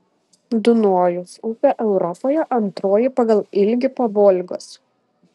dunojus upė europoje antroji pagal ilgį po volgos